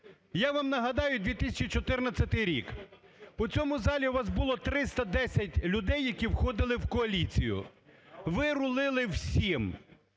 Я вам нагадаю 2014 рік. В цьому залі у вас було 310 людей, які входили в коаліцію. Ви рулили всім,